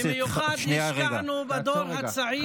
במיוחד השקענו בדור הצעיר,